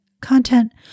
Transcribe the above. content